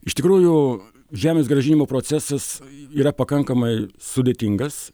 iš tikrųjų žemės grąžinimo procesas yra pakankamai sudėtingas